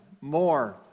more